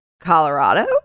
colorado